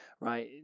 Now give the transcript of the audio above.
right